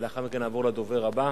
ולאחר מכן נעבור לדובר הבא.